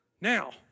Now